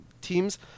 teams